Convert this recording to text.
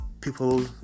people